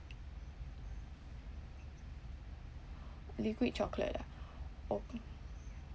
liquid chocolate ah